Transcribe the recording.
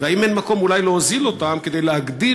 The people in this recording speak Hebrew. והאם אין מקום אולי להוזיל אותם כדי להגדיל